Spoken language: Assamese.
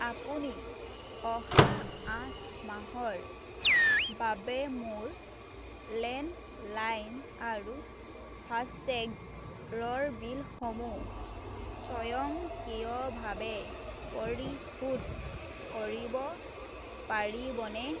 আপুনি অহা আঠ মাহৰ বাবে মোৰ লেণ্ডলাইন আৰু ফাষ্টেগৰ বিলসমূহ স্বয়ংকিয়ভাৱে পৰিশোধ কৰিব পাৰিবনে